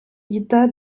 йде